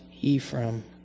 Ephraim